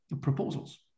proposals